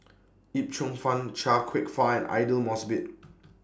Yip Cheong Fun Chia Kwek Fah and Aidli Mosbit